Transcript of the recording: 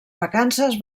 vacances